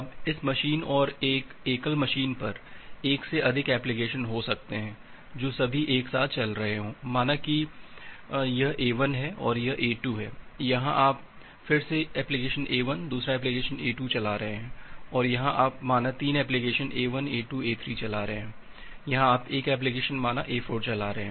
अब इस मशीन और एक एकल मशीन पर एक से अधिक एप्लीकेशन हो सकते हैं जो सभी एक साथ चल रहे हों माना कि यह A1 है यह A2 है यहाँ आप फिर से एक एप्लीकेशन A1 दूसरा एप्लीकेशन A2 चला रहे हैं यहाँ आप माना तीन एप्लीकेशन A1 A2 A3 चला रहे हैं यहां आप 1 एप्लिकेशन माना A4 चला रहे हैं